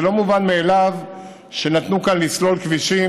זה לא מובן מאליו שנתנו כאן לסלול כבישים